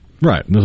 right